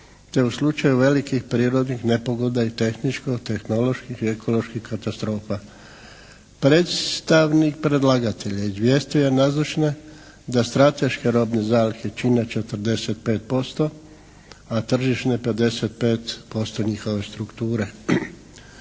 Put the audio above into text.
te u slučaju velikih prirodnih nepogoda i tehničko-tehnoloških i ekoloških katastrofa. Predstavnik predlagatelja izvijestio je nazočne da strateške robne zalihe čine 45%, a tržišne 55% njihove strukture.